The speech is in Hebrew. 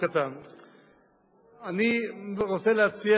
צריך להתכונן